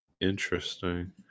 interesting